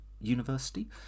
university